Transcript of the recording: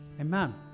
Amen